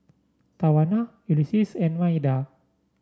Tawana Ulises and Maida